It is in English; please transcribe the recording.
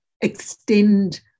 extend